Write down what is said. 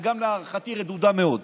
ולהערכתי גם רדודה מאוד.